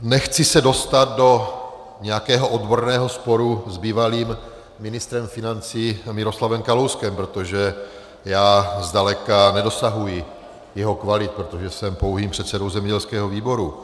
Nechci se dostat do nějakého odborného sporu s bývalým ministrem financí Miroslavem Kalouskem, protože já zdaleka nedosahuji jeho kvalit, protože jsem pouhým předsedou zemědělského výboru.